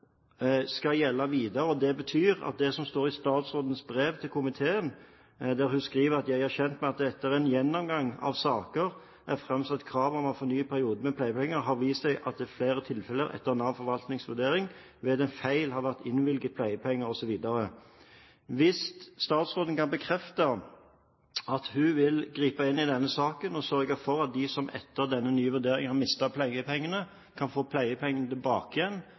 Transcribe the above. skal gjelde videre? I sitt brev til komiteen skriver statsråden: «Jeg er kjent med at det etter en gjennomgang av saker der det er framsatt krav om fornyet periode med pleiepenger, har vist seg at det i flere tilfeller etter NAV Forvaltnings vurdering ved en feil har vært innvilget pleiepenger Hvis statsråden kan bekrefte at hun vil gripe inn i denne saken og sørge for at de som etter denne nye vurderingen har mistet pleiepengene, kan få pleiepengene tilbake,